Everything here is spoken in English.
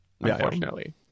unfortunately